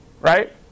Right